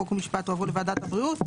חוק ומשפט עוברות לוועדת הבריאות.